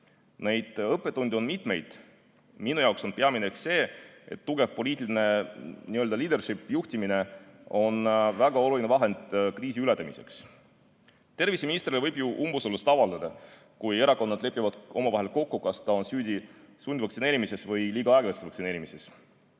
Neid õppetunde on mitmeid. Minu jaoks on peamine see, et tugev poliitiline n-öleadership, juhtimine on väga oluline vahend kriisi ületamiseks. Terviseministrile võib ju umbusaldust avaldada, kui erakonnad lepivad omavahel kokku, kas ta on süüdi sundvaktsineerimises või liiga aeglases vaktsineerimises.